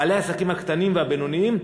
בעלי העסקים הקטנים והבינוניים,